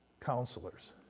counselors